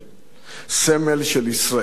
סמל של ישראלי גאה,